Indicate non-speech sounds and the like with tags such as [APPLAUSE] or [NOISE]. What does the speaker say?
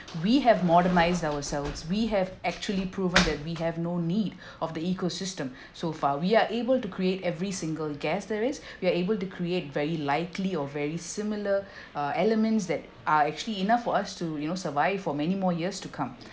we have modernised ourselves we have actually proven that we have no need [BREATH] of the ecosystem so far we're able to create every single gas there is we're able to create very likely or very similar [BREATH] uh elements that are actually enough for us to you know survive for many more years to come